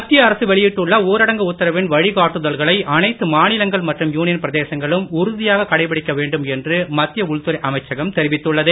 மத்திய அரசு வெளியிட்டுள்ள ஊரடங்கு உத்தரவின் வழிக்காட்டுதல்களை அனைத்து மாநிலங்கள் மற்றும் யூனியன் பிரதேசங்களும் உறுதியாக கடைப்பிடிக்க வேண்டும் என்று மத்திய உள்துறை அமைச்சகம் தெரிவித்துள்ளது